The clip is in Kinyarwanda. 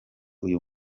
uyu